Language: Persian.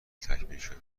تکمیلشده